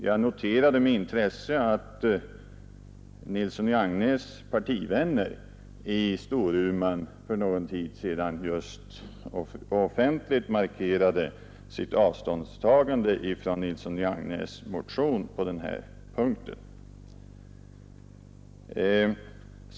Jag noterade med intresse att herr Nilssons i Agnäs partivänner i Storuman för någon tid sedan just offentligt markerade sitt avståndstagande från herr Nilssons motion på denna punkt.